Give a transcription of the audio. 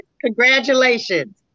Congratulations